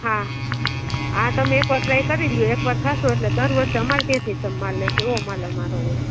હા આ તમે એક વાર ટ્રાય કરી લો એક વાર ખાશો એટલે દર વર્ષે અમાર ત્યાંથી માલ લેશો એવો માલ અમારો માલ હોય